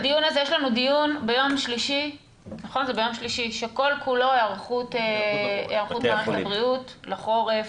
יש לנו דיון ביום שלישי שכל כולו היערכות מערכת הבריאות לחורף,